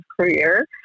career